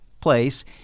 place